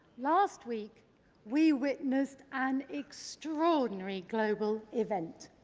last week we witnessed an extraordinary global event.